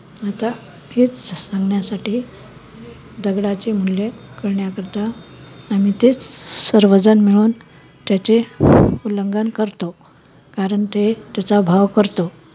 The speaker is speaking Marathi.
आता हेच सांगण्यासाठी दगडाचे मूल्य करण्याकरता आम्ही तेच सर्वजण मिळून त्याचे उल्लंंघन करतो कारण ते त्याचा भाव करतो